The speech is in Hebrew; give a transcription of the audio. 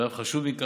ואף חשוב מזה,